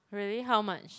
really how much